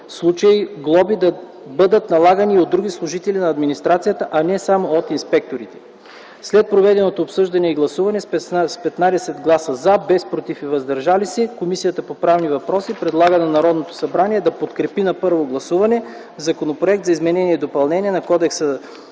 случаи глоби да бъдат налагани и от други служители на администрацията, а не само от инспекторите. След проведеното обсъждане и гласуване, с 15 гласа „за”, без „против” и „въздържал се”, Комисията по правни въпроси предлага на Народното събрание да подкрепи на първо гласуване Законопроект за изменение и допълнение на Кодекса